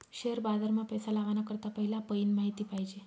share बाजार मा पैसा लावाना करता पहिला पयीन माहिती पायजे